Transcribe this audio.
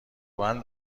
بند